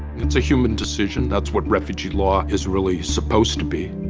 it's a human decision. that's what refugee law is really supposed to be.